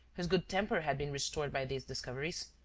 whose good temper had been restored by these discoveries,